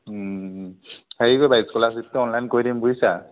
হেৰি কৰিবা স্কলাৰশ্বিপটো অনলাইন কৰি দিম বুইছা